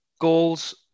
Goals